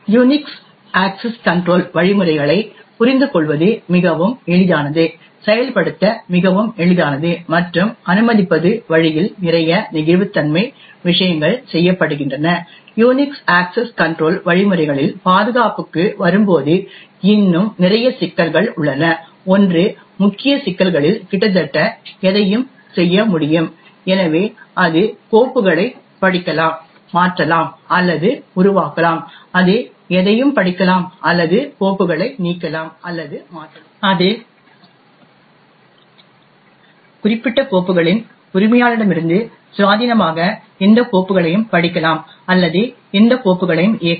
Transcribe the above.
Unix access control வழிமுறைகளை புரிந்துகொள்வது மிகவும் எளிதானது செயல்படுத்த மிகவும் எளிதானது மற்றும் அனுமதிப்பது வழியில் நிறைய நெகிழ்வுத்தன்மை விஷயங்கள் செய்யப்படுகின்றன யுனிக்ஸ் அக்சஸ் கன்ட்ரோல் வழிமுறைகளில் பாதுகாப்புக்கு வரும்போது இன்னும் நிறைய சிக்கல்கள் உள்ளன ஒன்று முக்கிய சிக்கல்களில் ரூட் கிட்டத்தட்ட எதையும் செய்ய முடியும் எனவே அது கோப்புகளைப் படிக்கலாம் மாற்றலாம் அல்லது உருவாக்கலாம் அது எதையும் படிக்கலாம் அல்லது கோப்புகளை நீக்கலாம் அல்லது மாற்றலாம் அது குறிப்பிட்ட கோப்புகளின் உரிமையாளரிடமிருந்து சுயாதீனமாக எந்த கோப்புகளையும் படிக்கலாம் அல்லது எந்த கோப்புகளையும் இயக்கலாம்